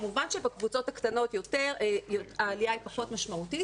כמובן שפה שבקבוצות הקטנות יותר העלייה היא פחות משמעותית,